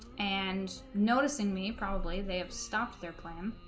and noticing me probably they have stopped their plan